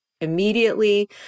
immediately